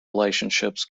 relationships